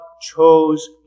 chose